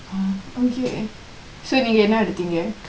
okay so நீங்க என்ன எடுத்திங்க:neengka enna eduthingka